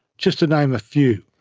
just to name a few.